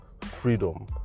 freedom